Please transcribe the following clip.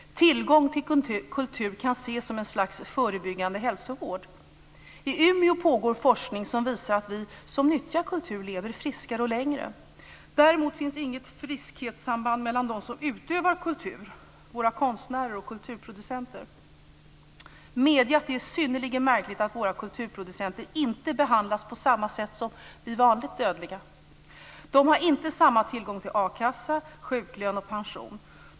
Tillgång till kultur kan ses som ett slags förebyggande hälsovård. I Umeå pågår forskning som visar att vi som nyttjar kultur lever friskare och längre. Däremot finns det inget friskhetssamband för dem som utövar kultur, våra konstnärer och kulturproducenter. Medge att det är synnerligen märkligt att våra kulturproducenter inte behandlas på samma sätt som vi vanliga dödliga. De har inte samma tillgång till akassa, sjuklön och pension.